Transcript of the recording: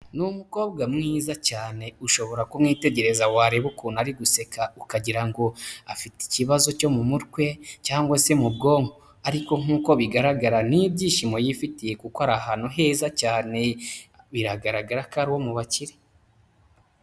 Ni umukobwa mwiza cyane, ushobora kumwitegereza wareba ukuntu ari guseka ukagira ngo afite ikibazo cyo mu mutwe cyangwa se mu bwonko, ariko nk'uko bigaragara ni ibyishimo yifitiye kuko ari ahantu heza cyane, biragaragara ko ari uwo mu bakire.